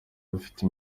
abafite